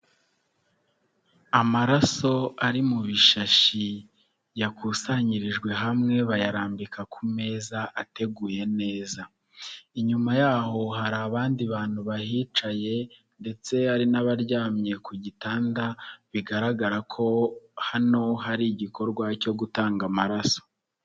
Amaraso ari mu bishashi yakusanyirijwe hamwe bayarambika ku meza ateguye neza, inyuma yaho hari abandi bantu bahicaye ndetse hari n'abaryamye ku gitanda bigaragara ko hano hari igikorwa cyo gutanga amaraso.